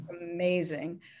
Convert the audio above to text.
amazing